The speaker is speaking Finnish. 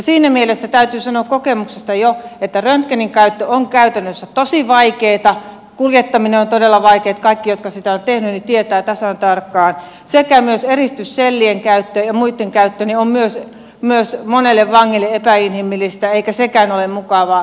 siinä mielessä täytyy sanoa kokemuksesta jo että röntgenin käyttö on käytännössä tosi vaikeata kuljettaminen on todella vaikeata kaikki jotka sitä ovat tehneet tietävät sen tasan tarkkaan sekä myös eristyssellien ja muitten käyttö on monelle vangille epäinhimillistä eikä sekään ole mukavaa